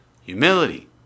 Humility